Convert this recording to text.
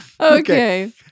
Okay